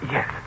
Yes